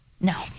no